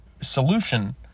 Solution